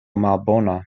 malbona